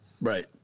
Right